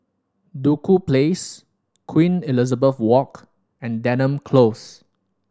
Duku Place Queen Elizabeth Walk and Denham Close